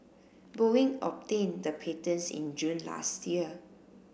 boeing obtained the patents in June last year